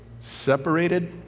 Separated